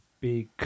big